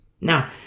Now